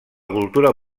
cultura